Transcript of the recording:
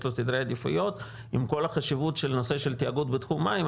יש לו סדרי עדיפויות עם כל החשיבות של הנושא של תיאגוד בתחום המים,